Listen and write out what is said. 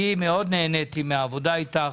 מאוד נהניתי מהעבודה אתך